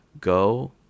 go